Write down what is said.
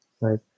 right